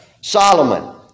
Solomon